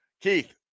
Keith